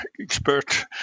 expert